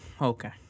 Okay